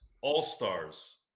all-stars